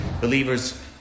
Believers